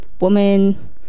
woman